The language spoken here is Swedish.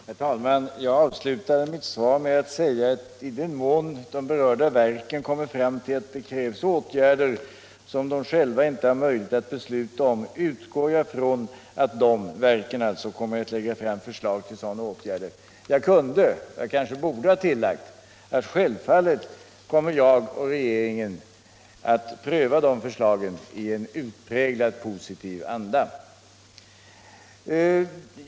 Herr talman! Jag avslutade mitt svar med att säga att i den mån de berörda verken kommer fram till att det krävs åtgärder som de inte själva har möjlighet att besluta om, utgår jag ifrån att de kommer att lägga fram sådana förslag till åtgärder. Jag kanske borde ha tillagt att självfallet kommer jag och regeringen att pröva sådana förslag i en utpräglat positiv anda.